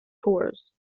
tours